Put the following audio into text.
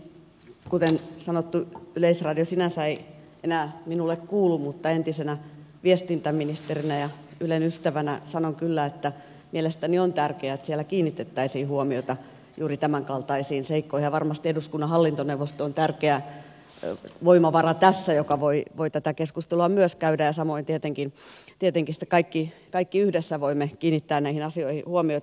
kuten sanottu yleisradio sinänsä ei enää minulle kuulu mutta entisenä viestintäministerinä ja ylen ystävänä sanon kyllä että mielestäni on tärkeää että siellä kiinnitettäisiin huomiota juuri tämänkaltaisiin seikkoihin ja varmasti eduskunnan hallintoneuvosto on tässä tärkeä voimavara joka voi tätä keskustelua myös käydä ja samoin tietenkin sitten kaikki yhdessä voimme kiinnittää näihin asioihin huomiota